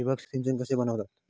ठिबक सिंचन कसा बनवतत?